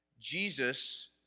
Jesus